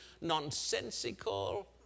nonsensical